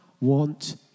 Want